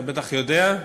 אתה בטח יודע.